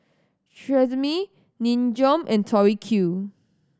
Tresemme Nin Jiom and Tori Q